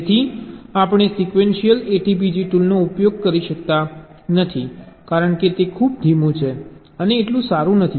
તેથી આપણે sequential ATPG ટૂલનો ઉપયોગ કરી શકતા નથી કારણ કે તે ખૂબ ધીમું છે અને એટલું સારું નથી